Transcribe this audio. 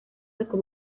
ariko